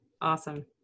Awesome